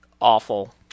awful